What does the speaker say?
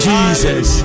Jesus